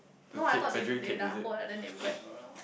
no I thought they they like hold ah then they wrap around